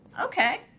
okay